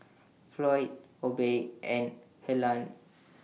Floyd Obie and Helaine